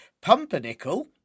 Pumpernickel